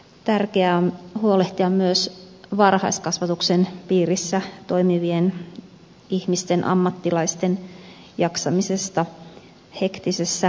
tärkeää on huolehtia myös varhaiskasvatuksen piirissä toimivien ammattilaisten jaksamisesta hektisessä arjessa